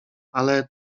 ale